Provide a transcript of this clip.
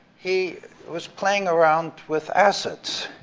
he was playing around with acids,